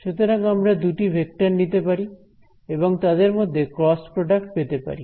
সুতরাং আমরা দুটি ভেক্টর নিতে পারি এবং তাদের মধ্যে ক্রস প্রডাক্ট পেতে পারি